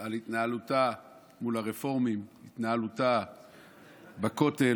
על התנהלותה מול הרפורמים, על התנהלותה בכותל.